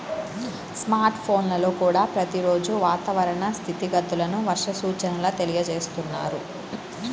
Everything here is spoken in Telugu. స్మార్ట్ ఫోన్లల్లో కూడా ప్రతి రోజూ వాతావరణ స్థితిగతులను, వర్ష సూచనల తెలియజేస్తున్నారు